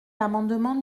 l’amendement